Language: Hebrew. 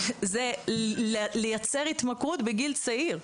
זה לייצר התמכרות בגיל צעיר.